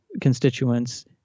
constituents